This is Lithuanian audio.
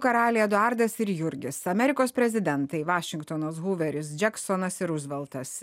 karaliai eduardas ir jurgis amerikos prezidentai vašingtonas huveris džeksonas ir ruzveltas